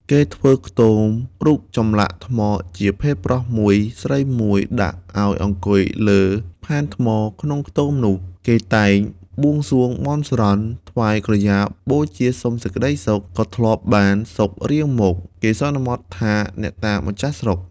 គេធ្វើខ្ទមរូបចំលាក់ថ្មជាភេទប្រុសមួយ ស្រីមួយ ដាក់អោយអង្គុយលើផែនថ្មក្នុងខ្ទមនោះ គេតែងបួងសួងបន់ស្រន់ ថ្វាយក្រយ៉ាបូជាសុំសេចក្ដីសុខ ក៏ធ្លាប់បាន សុខរៀងមក គេសន្មត់ថាអ្នកតាម្ចាស់ស្រុក។